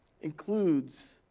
includes